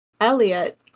Elliot